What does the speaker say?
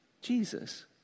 Jesus